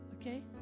Okay